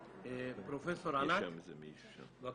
פרופ' ענת, בבקשה.